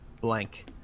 blank